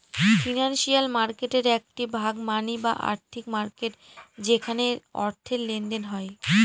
financial মার্কেটের একটি ভাগ মানি বা আর্থিক মার্কেট যেখানে অর্থের লেনদেন হয়